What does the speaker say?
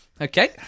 Okay